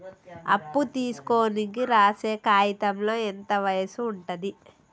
అప్పు తీసుకోనికి రాసే కాయితంలో ఎంత వయసు ఉంటది?